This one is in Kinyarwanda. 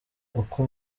uko